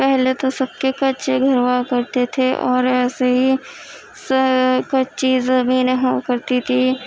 پہلے تو سب کے کچے گھر ہوا کرتے تھے اور ایسے ہی کچی زمینیں ہوا کرتی تھی